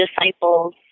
disciples